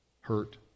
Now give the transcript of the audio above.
hurt